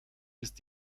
ist